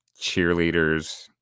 cheerleaders